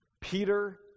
Peter